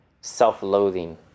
self-loathing